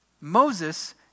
Moses